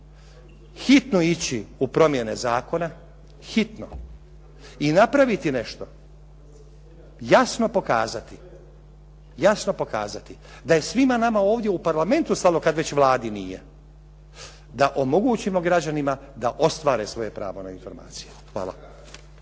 hitno ići u promjene zakona, hitno i napraviti nešto, jasno pokazati da je svima nama ovdje u Parlamentu stalo kad već Vladi nije. Da omogućimo građanima da ostvare svoje pravo na informacije. Hvala.